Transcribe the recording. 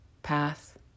path